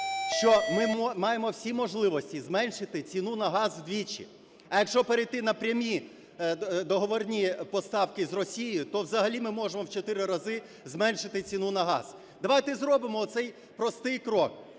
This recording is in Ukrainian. що ми маємо всі можливості зменшити ціну на газ вдвічі. А якщо перейти на прямі договірні поставки з Росією, то взагалі ми можемо в чотири рази зменшити ціну на газ. Давайте зробимо оцей простий крок.